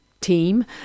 Team